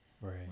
Right